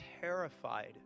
terrified